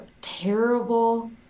terrible